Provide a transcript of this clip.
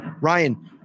Ryan